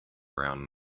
around